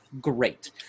great